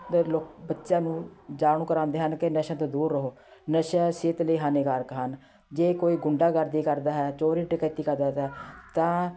ਬੱਚਿਆਂ ਨੂੰ ਜਾਣੂ ਕਰਵਾਉਂਦੇ ਹਨ ਕਿ ਨਸ਼ੇ ਤੋਂ ਦੂਰ ਰਹੋ ਨਸ਼ਾ ਸਿਹਤ ਲਈ ਹਾਨੀਕਾਰਕ ਹਨ ਜੇ ਕੋਈ ਗੁੰਡਾਗਰਦੀ ਕਰਦਾ ਹੈ ਚੋਰੀ ਡਕੈਤੀ ਕਰਦਾ ਹੈ ਤਾਂ ਤਾਂ